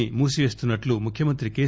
ని మూసేస్తున్న ట్లు ముఖ్యమంత్రి కె